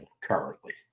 currently